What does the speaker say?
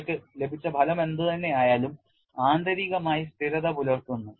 നിങ്ങൾക്ക് ലഭിച്ച ഫലം എന്തുതന്നെ ആയാലും ആന്തരികമായി സ്ഥിരത പുലർത്തുന്നു